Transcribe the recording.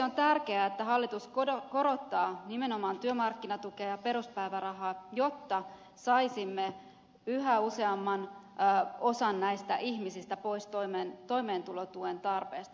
on tärkeää että hallitus korottaa nimenomaan työmarkkinatukea ja peruspäivärahaa jotta saisimme yhä suuremman osan näistä ihmisistä pois toimeentulotuen tarpeesta